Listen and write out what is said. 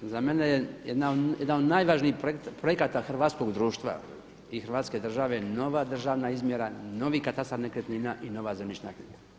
Za mene je jedan od najvažnijih projekata hrvatskog društva i hrvatske države nova državna izmjera, novi katastar nekretnina i nova zemljišna knjiga.